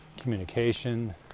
communication